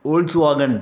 Volkswagen